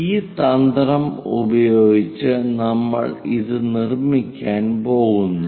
ഈ തന്ത്രം ഉപയോഗിച്ച് നമ്മൾ ഇത് നിർമ്മിക്കാൻ പോകുന്നു